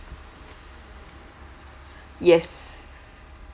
yes